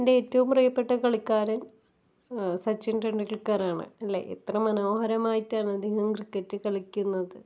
എന്റെ ഏറ്റവും പ്രീയപ്പെട്ട കളിക്കാരൻ സച്ചിന് ടെൻഡുല്ക്കറാണ് അല്ലെ എത്ര മനോഹരമായിട്ടാണ് അദ്ദേഹം ക്രിക്കറ്റ് കളിക്കുന്നത്